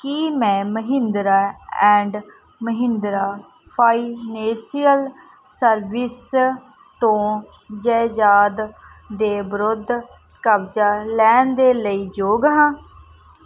ਕੀ ਮੈਂ Mahindra and Mahindra financial services ਤੋਂ ਜਾਇਦਾਦ ਦੇ ਵਿਰੁੱਧ ਕਰਜ਼ਾ ਲੈਣ ਦੇ ਲਈ ਯੋਗ ਹਾਂ